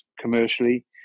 commercially